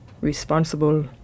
responsible